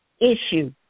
issue